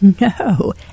no